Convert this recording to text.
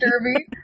Derby